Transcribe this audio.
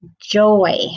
Joy